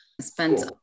spent